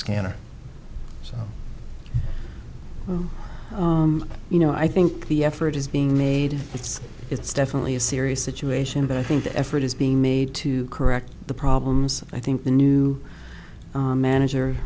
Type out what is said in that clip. scanner so you know i think the effort is being made it's it's definitely a serious situation but i think the effort is being made to correct the problems i think the new manager